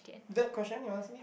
that question you ask me